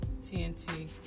TNT